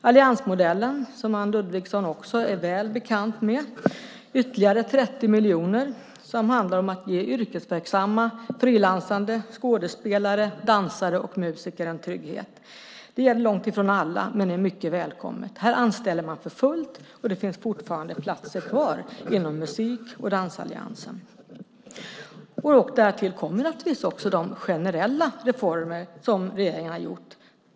Alliansmodellen, som även Anne Ludvigsson är väl bekant med, innebär ytterligare 30 miljoner och handlar om att ge yrkesverksamma frilansande skådespelare, dansare och musiker en trygghet. Det gäller långt ifrån alla men är mycket välkommet. Här anställer man för fullt, och det finns fortfarande platser kvar inom musik och dansalliansen. Därtill kommer naturligtvis också de generella reformer som regeringen har gjort.